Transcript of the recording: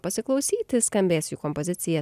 pasiklausyti skambės jų kompozicija